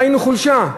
ראינו חולשה,